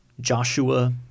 Joshua